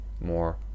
more